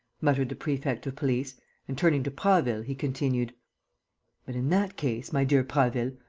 muttered the prefect of police and, turning to prasville, he continued but, in that case, my dear prasville,